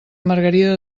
margarida